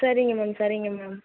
சரிங்க மேம் சரிங்க மேம்